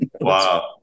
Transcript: Wow